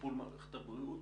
מערכת הבריאות